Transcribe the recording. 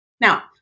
Now